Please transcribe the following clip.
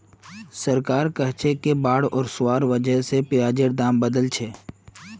सरकार कहलछेक कि बाढ़ ओसवार वजह स प्याजेर दाम बढ़िलछेक